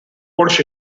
polish